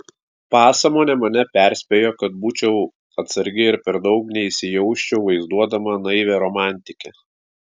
pasąmonė mane perspėjo kad būčiau atsargi ir per daug neįsijausčiau vaizduodama naivią romantikę